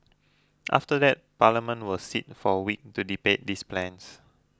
after that Parliament will sit for a week to debate these plans